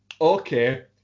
okay